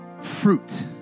fruit